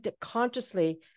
consciously